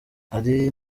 hari